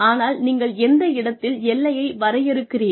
ஆனால் நீங்கள் எந்த இடத்தில் எல்லையை வரையறுக்கிறீர்கள்